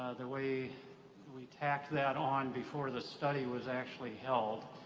ah the way we tacked that on before the study was actually held.